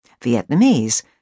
Vietnamese